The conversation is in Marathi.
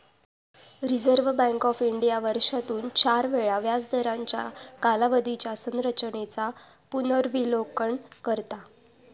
रिझर्व्ह बँक ऑफ इंडिया वर्षातून चार वेळा व्याजदरांच्या कालावधीच्या संरचेनेचा पुनर्विलोकन करता